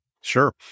Sure